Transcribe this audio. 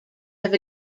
have